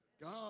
God